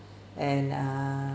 and err